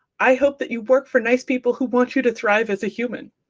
i hope that you work for nice people who want you to thrive as a human.